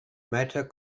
matter